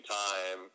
time